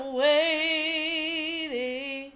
waiting